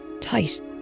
Tight